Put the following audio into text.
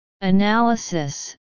Analysis